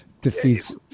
defeats